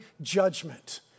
judgment